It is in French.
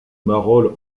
marolles